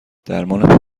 درمان